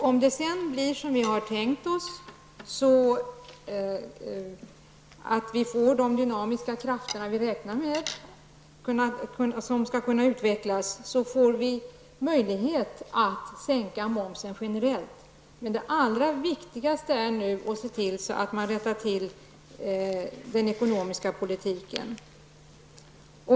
Om det sedan blir som vi har tänkt oss och vi får fram de dynamiska krafter som vi räknat med, får vi möjlighet att sänka momsen generellt. Men det allra viktigaste är nu att se till att man rättar till den ekonomiska politiken.